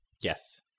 Yes